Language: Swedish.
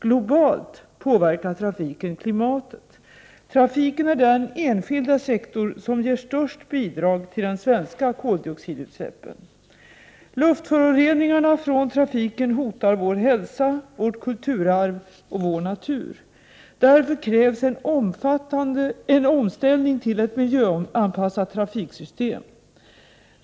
Globalt påverkar 21 februari 1989 trafiken klimatet. Trafiken är den enskilda sektor som ger störst bidrag till de svenska koldioxidutsläppen. Luftföroreningarna från trafiken hotar vår hälsa, vårt kulturarv och vår natur. Därför krävs en omställning till ett miljöanpassat trafiksystem.